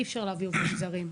אי-אפשר להביא עובדים זרים.